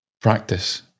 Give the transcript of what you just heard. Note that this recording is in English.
Practice